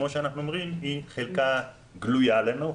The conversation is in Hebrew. שחלקה גלויה לנו,